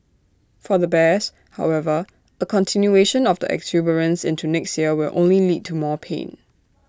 for the bears however A continuation of the exuberance into next year will only lead to more pain